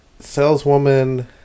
saleswoman